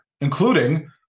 including